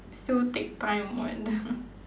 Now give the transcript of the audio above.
still take time [what]